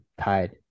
tied